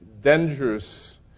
dangerous